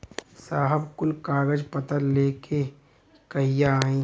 साहब कुल कागज पतर लेके कहिया आई?